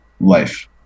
life